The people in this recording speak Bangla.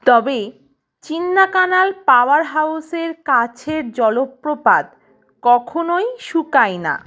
তবে চিন্নাকানাল পাওয়ার হাউসের কাছের জলপ্রপাত কখনোই শুকায় না